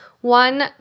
one